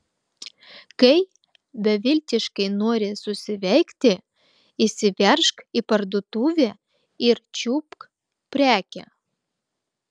kai beviltiškai nori susiveikti įsiveržk į parduotuvę ir čiupk prekę